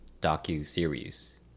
docu-series